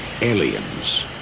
aliens